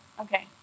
Okay